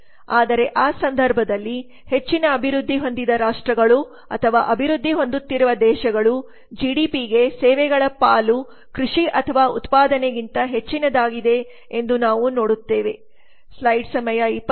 ಆದರೆ ಆ ಸಂದರ್ಭದಲ್ಲಿ ಹೆಚ್ಚಿನ ಅಭಿವೃದ್ಧಿ ಹೊಂದಿದ ರಾಷ್ಟ್ರಗಳು ಅಥವಾ ಅಭಿವೃದ್ಧಿ ಹೊಂದುತ್ತಿರುವ ದೇಶಗಳು ಜಿಡಿಪಿಗೆ ಸೇವೆಗಳ ಪಾಲು ಕೃಷಿ ಅಥವಾ ಉತ್ಪಾದನೆಗಿಂತ ಹೆಚ್ಚಿನದಾಗಿದೆ ಎಂದು ನಾವು ನೋಡುತ್ತೇವೆ